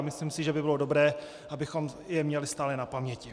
Myslím si, že by bylo dobré, abychom je měli stále na paměti.